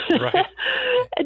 Right